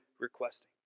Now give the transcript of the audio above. requesting